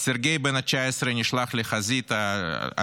אז סרגיי בן ה-19 נשלח לחזית הצ'צ'נית,